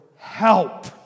Help